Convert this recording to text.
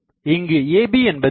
இங்கு AB என்பது என்ன